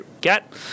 get